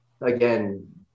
again